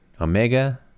Omega